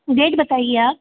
date बताइए आप